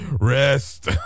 Rest